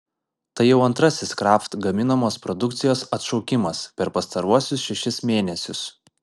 tai jau antrasis kraft gaminamos produkcijos atšaukimas per pastaruosius šešis mėnesius